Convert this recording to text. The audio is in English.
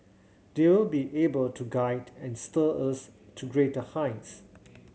they will be able to guide and steer us to greater heights